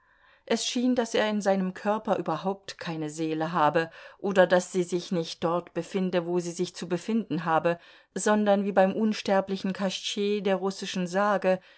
es schien daß er in seinem körper überhaupt keine seele habe oder daß sie sich nicht dort befinde wo sie sich zu befinden habe sondern wie beim unsterblichen kaschtschej der russischen sage